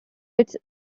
its